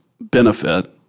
benefit